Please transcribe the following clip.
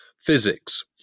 Physics